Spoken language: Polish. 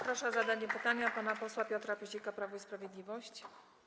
Proszę o zadanie pytania pana posła Piotra Pyzika, Prawo i Sprawiedliwość.